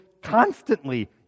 constantly